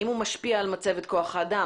האם הוא משפיע על מצבת כוח האדם?